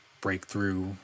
breakthrough